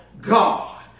God